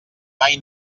mai